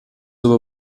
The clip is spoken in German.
über